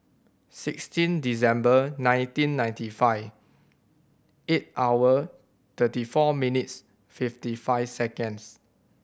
sixteen December nineteen ninety five eight hour thirty four minutes fifty five seconds